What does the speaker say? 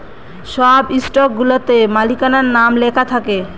সব স্টকগুলাতে মালিকানার নাম লেখা থাকে